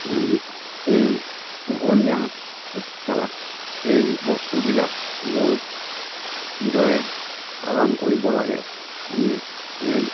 সেই পোহনীয়া সেই বস্তুবিলাক লৈ কিদৰে পালন কৰিব লাগে আমি সেই